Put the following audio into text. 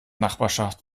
nachbarschaft